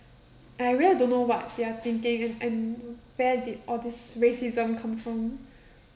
I really don't know what they are thinking and where did all this racism come from